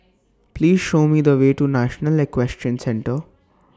Please Show Me The Way to National Equestrian Centre